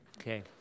Okay